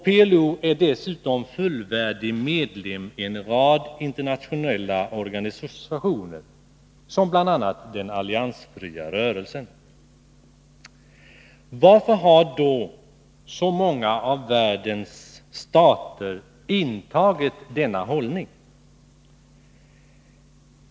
PLO är dessutom fullvärdig medlem i en rad internationella organisationer, bl.a. den alliansfria rörelsen. Varför har då så många av världens stater intagit denna hållning?